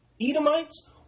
Edomites